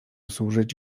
służyć